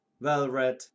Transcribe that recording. well-read